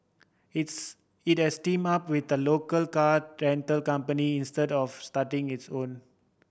its it has team up with a local car rental company instead of starting its own